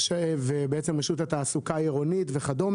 ורשות התעסוקה העירונית וכד'.